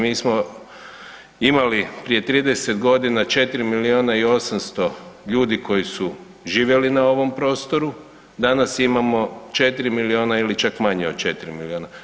Mi smo imali prije 30.g. 4 milijuna i 800 ljudi koji su živjeli na ovom prostoru, danas imamo 4 milijuna ili čak manje od 4 milijuna.